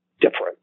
different